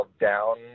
down